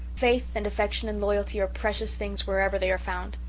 faith and affection and loyalty are precious things wherever they are found.